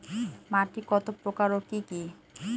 মাটি কতপ্রকার ও কি কী?